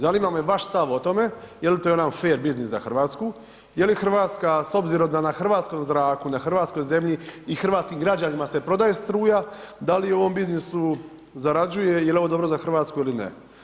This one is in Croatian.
Zanima me vaš stav o tome, je li to jedan fer biznis za Hrvatsku, je li Hrvatska s obzirom da na hrvatskom zraku, na hrvatskoj zemlji i hrvatskim građanima se prodaje struja, da li u ovom biznisu zarađuje i je li ovo dobro za Hrvatsku ili ne?